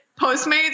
Postmates